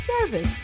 service